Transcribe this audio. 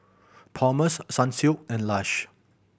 Palmer's Sunsilk and Lush